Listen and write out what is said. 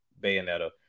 Bayonetta